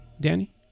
Danny